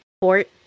port